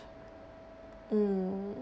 mm